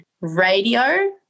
radio